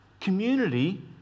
Community